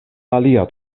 alia